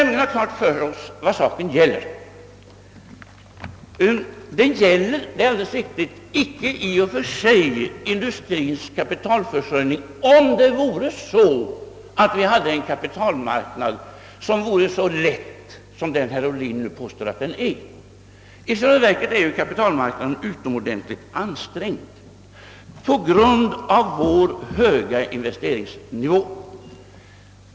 Vi skall ha klart för oss vad saken gäller. Fonden skulle — det är alldeles riktigt — icke behövas för industriens kapitalförsörjning i och för sig, om det verkligen vore så att vi hade en kapitalmarknad som vore så »lätt» som herr Ohlin påstår att den är. Men i själva verket är kapitalmarknaden på grund av vår höga investeringsnivå utomordentligt ansträngd.